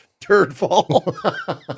Turdfall